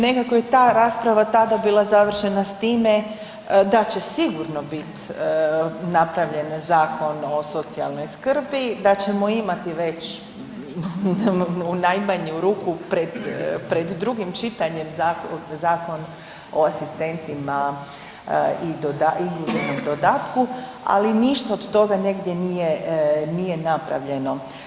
Nekako je ta rasprava tada bila završena s time da će sigurno bit napravljen Zakon o socijalnoj skrbi, da ćemo imati već u najmanju ruku pred drugim čitanjem zakon o asistentima i inkluzivnom dodatku, ali ništa od toga negdje nije napravljeno.